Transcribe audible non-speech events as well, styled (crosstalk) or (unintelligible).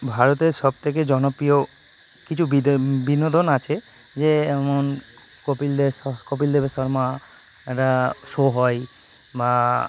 ভারতের সবথেকে জনপ্রিয় কিছু বিনোদন আছে যে এমন কপিল দেব (unintelligible) কপিল দেবের শর্মা একটা শো হয় বা